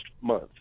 month